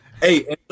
Hey